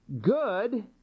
good